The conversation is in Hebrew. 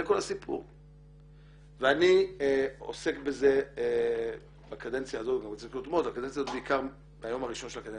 ואני עוסק בזה בקדנציה הזו ובקדנציות קודמות.